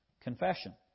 confession